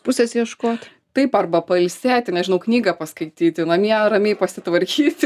pusės ieškot taip arba pailsėti nežinau knygą paskaityti namie ramiai pasitvarkyti